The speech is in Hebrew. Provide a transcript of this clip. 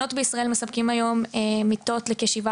המעונות בישראל מספקים היום מיטות לשבעה